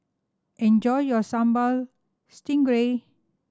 enjoy your Sambal Stingray